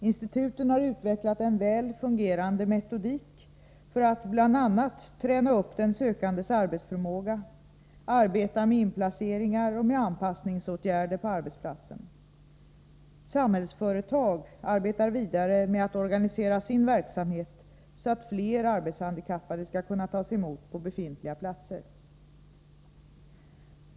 Instituten har utvecklat en väl fungerande metodik för att bl.a. träna upp den sökandes arbetsförmåga, arbeta med inplaceringar och med anpassningsåtgärder på arbetsplatsen. Samhällsföretag arbetar vidare med att organisera sin verksamhet, så att fler arbetshandikappade skall kunna tas emot på befintliga platser.